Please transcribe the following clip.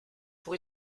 pour